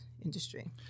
industry